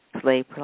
slave